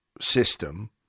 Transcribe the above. system